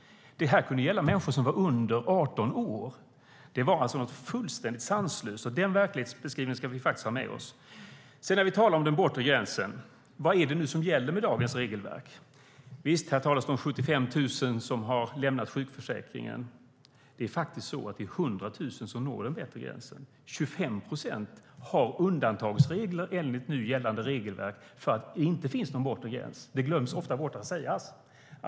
Det kunde gälla människor som var under 18 år. Det var något fullständigt sanslöst. Den verklighetsbeskrivningen ska vi ha med oss. Låt oss tala om den bortre gränsen. Vad gäller i dagens regelverk? Visst! Här talas om 75 000 som har lämnat sjukförsäkringen. Det är faktiskt 100 000 som når den bortre gränsen. 25 procent har undantag från den bortre gränsen enligt nu gällande regelverk. Det glöms ofta bort.